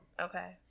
Okay